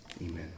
amen